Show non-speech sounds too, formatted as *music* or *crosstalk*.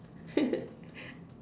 *laughs*